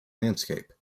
landscape